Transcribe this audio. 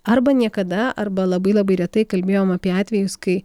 arba niekada arba labai labai retai kalbėjom apie atvejus kai